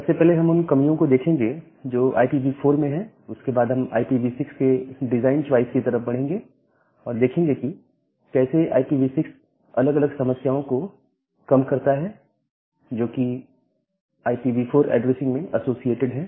सबसे पहले हम उन कमियों को देखेंगे जो IPv4 में है उसके बाद हम IPv6 के डिजाइन चॉइस की तरफ बढ़ेंगे और देखेंगे कि कैसे IPv6 अलग अलग समस्याओं को कम करता है जो कि IPv4 ऐड्रेसिंग में एसोसिएटेड है